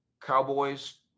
Cowboys